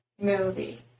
movie